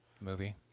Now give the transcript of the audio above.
movie